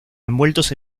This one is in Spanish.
envueltos